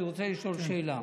אני רוצה לשאול שאלה.